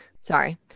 Sorry